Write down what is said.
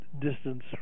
distance